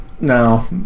No